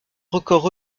records